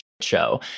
show